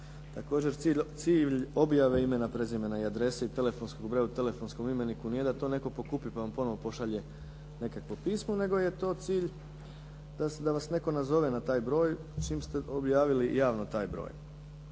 Također, cilj objave imena, prezime i adrese i telefonskog broja u telefonskom imeniku nije da to netko pokupi pa vam ponovo pošalje nekakvo pismo, nego je to cilj da vas netko nazove na taj broj, čim ste objavili javno taj broj.